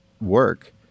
work